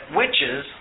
witches